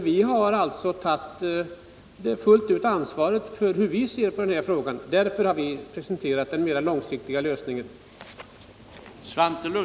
Vi har alltså fullt ut tagit ansvaret för vårt sätt att se på frågan. Därför har vi presenterat den mer långsiktiga lösningen.